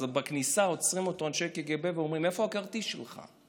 אז בכניסה עוצרים אותו אנשי הקג"ב ואומרים: איפה הכרטיס שלך?